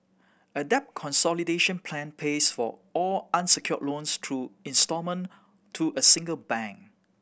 a debt consolidation plan pays for all unsecured loans through instalment to a single bank